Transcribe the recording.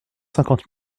cinquante